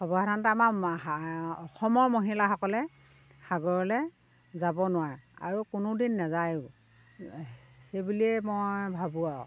সৰ্বসাধাৰণতে আমাৰ অসমৰ মহিলাসকলে সাগৰলৈ যাব নোৱাৰে আৰু কোনো দিন নেযায়ো সেই বুলিয়ে মই ভাবোঁ আৰু